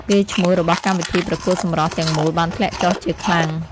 កេរ្តិ៍ឈ្មោះរបស់កម្មវិធីប្រកួតសម្រស់ទាំងមូលបានធ្លាក់ចុះជាខ្លាំង។